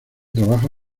trabaja